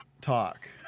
talk